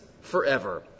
forever